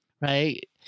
right